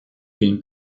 film